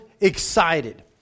excited